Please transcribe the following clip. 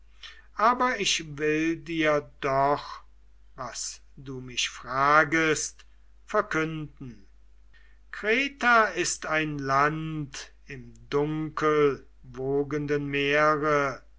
aber ich will dir doch was du mich fragest verkünden kreta ist ein land im dunkelwogenden meere